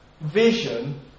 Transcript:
vision